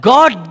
God